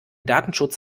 datenschutz